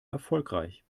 erfolgreich